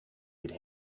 could